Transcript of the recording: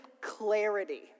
clarity